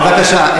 בבקשה,